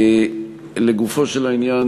לגופו של עניין,